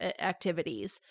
activities